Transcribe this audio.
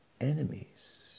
enemies